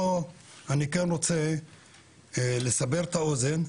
פה, אני כן רוצה לסבר את האוזן,